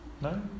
No